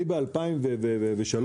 ב-2003,